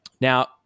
Now